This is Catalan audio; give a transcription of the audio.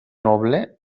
noble